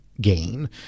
gain